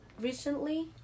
recently